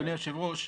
אדוני היושב-ראש,